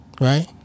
right